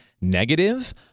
negative